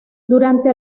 durante